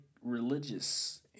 religious